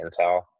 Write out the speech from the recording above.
Intel